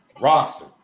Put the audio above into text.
roster